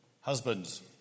Husbands